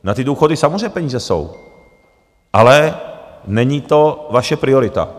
Na ty důchody samozřejmě peníze jsou, ale není to vaše priorita.